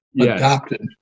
adopted